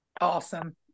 Awesome